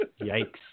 Yikes